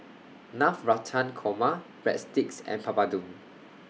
Navratan Korma Breadsticks and Papadum